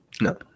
No